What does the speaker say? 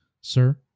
Sir